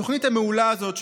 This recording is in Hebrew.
התוכנית המעולה הזאת,